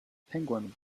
penguin